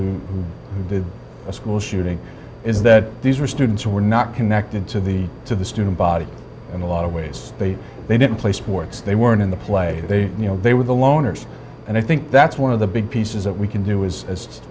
of the school shooting is that these were students who were not connected to the to the student body in a lot of ways they didn't play sports they weren't in the play you know they were the loners and i think that's one of the big pieces that we can do is as